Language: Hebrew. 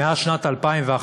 מאז שנת 2011,